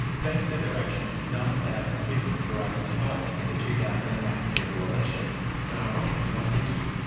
thanks to her action, nine thousand prisoners were able to vote in the two thousand and eight federal election but, ironically, not vickie.